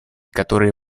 которые